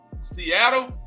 Seattle